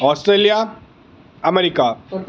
Australia America